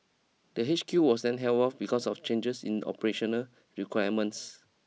the H Q was then held off because of changes in operational requirements